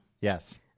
Yes